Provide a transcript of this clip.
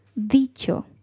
dicho